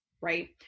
right